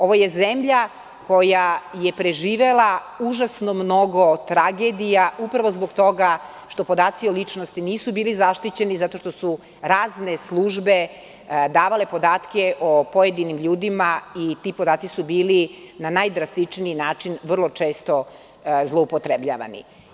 Ovo je zemlja koja je preživela užasno mnogo tragedija upravo zbog toga što podaci o ličnosti nisu bili zaštićeni i zato što su razne službe davale podatke o pojedinim ljudima i ti podaci su bili na najdrastičniji način vrlo često zloupotrebljavani.